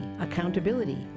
accountability